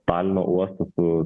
talino uostą su